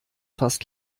fast